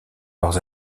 leurs